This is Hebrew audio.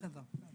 בסדר.